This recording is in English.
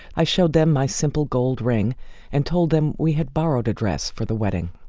i showed them my simple gold ring and told them we had borrowed a dress for the wedding.